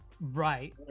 Right